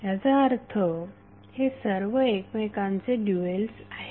ह्याचा अर्थ हे सर्व एकमेकांचे ड्यूएल्स आहेत